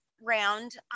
round